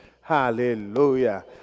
Hallelujah